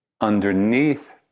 underneath